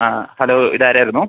ആ ഹലോ ഇതാരായിരുന്നു